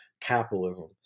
capitalism